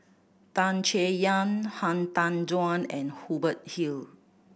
Tan Chay Yan Han Tan Juan and Hubert Hill